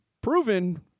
proven